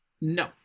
No